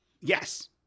Yes